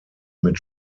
mit